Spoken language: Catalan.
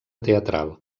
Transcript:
teatral